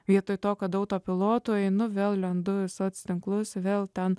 vietoj to kad autopilotu einu vėl lendu į soctinklus vėl ten